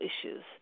issues